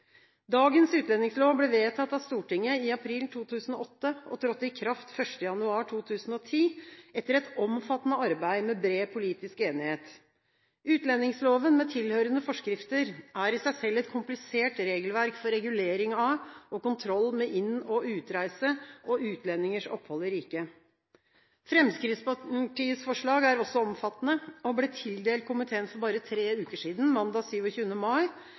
Dagens utlendingslov ble vedtatt av Stortinget i april 2008 og trådte i kraft 1. januar 2010, etter et omfattende arbeid med bred politisk enighet. Utlendingsloven med tilhørende forskrifter er i seg selv et komplisert regelverk for regulering av og kontroll med inn- og utreise og utlendingers opphold i riket. Fremskrittspartiets forslag er omfattende, og ble tildelt komiteen for bare 3 uker siden, mandag 27. mai.